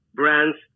brands